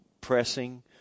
pressing